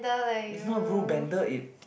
it's not rule bender it